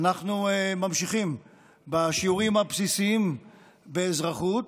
אנחנו ממשיכים בשיעורים הבסיסיים באזרחות,